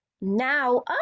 Now